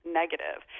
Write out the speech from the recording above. negative